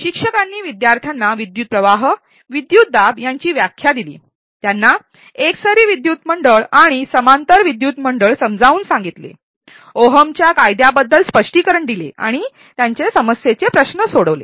शिक्षकांनी विद्यार्थ्यांना विद्युतप्रवाह विद्युतदाब यांची व्याख्या दिली त्यांना एकसरी विद्युत मंडळ आणि समांतर विद्युत मंडळ समजावून सांगितले ओहमच्या Ohm's law कायद्याबद्दल स्पष्टीकरण दिले आणि समस्येचे प्रश्न सोडवले